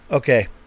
Okay